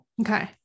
Okay